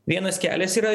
vienas kelias yra